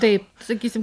taip sakysim